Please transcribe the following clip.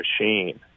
machine